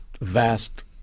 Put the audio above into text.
vast